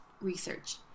Research